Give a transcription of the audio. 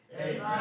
Amen